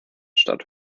statt